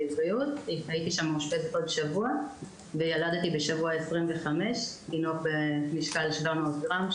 הייתי שם מאושפזת עוד שבוע וילדתי בשבוע 25 תינוק במשקל 700 גרם,